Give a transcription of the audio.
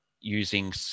using